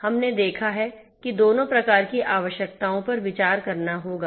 हमने देखा है कि दोनों प्रकार की आवश्यकताओं पर विचार करना होगा